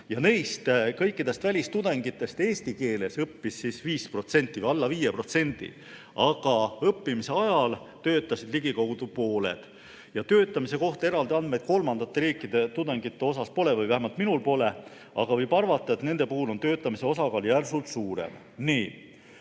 Neist kõikidest välistudengitest eesti keeles õppis 5% või veidi alla 5%, aga õppimise ajal töötasid ligikaudu pooled. Töötamise kohta eraldi andmeid kolmandate riikide tudengite osas pole või vähemalt minul pole. Aga võib arvata, et nende puhul on töötamise osakaal järsult suurem. Nii,